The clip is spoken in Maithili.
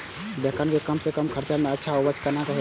बेंगन के कम से कम खर्चा में अच्छा उपज केना होते?